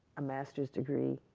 a master's degree,